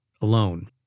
alone